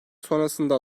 sonrasında